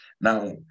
Now